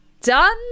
done